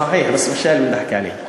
צחיח, בס מנשאן באחכּי עליה.